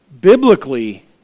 Biblically